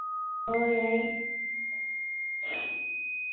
ꯍꯣꯏ ꯌꯥꯏꯌꯦ